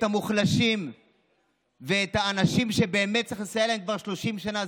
המוחלשים ואת האנשים שבאמת צריך לסייע להם כבר 30 שנה,